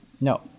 no